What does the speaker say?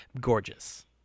gorgeous